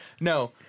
No